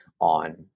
on